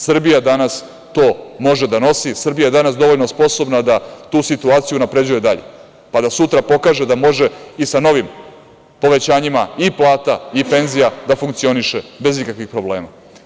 Srbija danas to može da nosi i Srbija je danas dovoljno sposobna da tu situaciju unapređuje dalje, pa da sutra pokaže da može i sa novim povećanjima i plata i penzija da funkcioniše bez ikakvih problema.